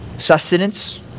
Sustenance